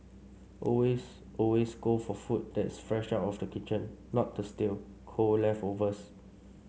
always always go for food that's fresh out of the kitchen not the stale cold leftovers